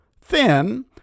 thin